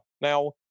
now